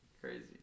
Crazy